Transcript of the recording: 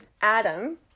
Adam